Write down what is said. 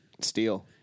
Steel